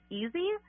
easy